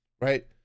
right